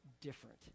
different